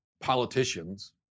politicians